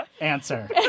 answer